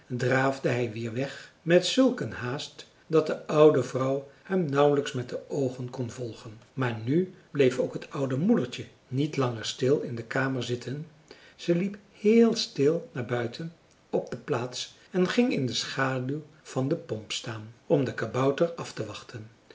draafde hij weer weg met zulk een haast dat de oude vrouw hem nauwelijks met de oogen kon volgen maar nu bleef ook t oude moedertje niet langer stil in de kamer zitten ze liep heel stil naar buiten op de plaats en ging in de schaduw van de pomp staan om den kabouter af te wachten